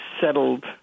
settled